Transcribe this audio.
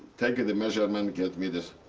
take the measurement. get me this.